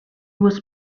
was